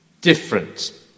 different